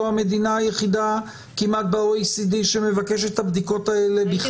כמעט המדינה היחידה ב-OECD שמבקשת את הבדיקות האלה?